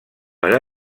per